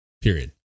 period